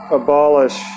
abolish